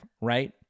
right